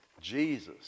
Jesus